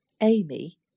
amy